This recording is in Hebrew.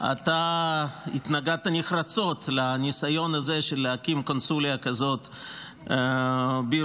אתה התנגדת נחרצות לניסיון הזה להקים קונסוליה כזאת בירושלים,